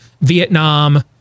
Vietnam